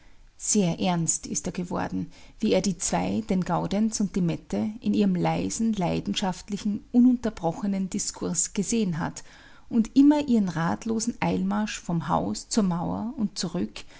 sehr ernst ist er geworden wie er die zwei den gaudenz und die mette in ihrem leisen leidenschaftlichen ununterbrochenen diskurs gesehen hat und immer ihren ratlosen eilmarsch vom haus zur mauer und zurück